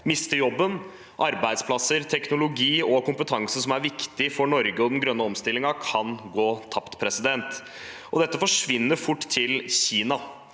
mister jobben. Arbeidsplasser, teknologi og kompetanse som er viktig for Norge og den grønne omstillingen, kan gå tapt. Dette forsvinner fort til Kina.